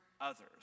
others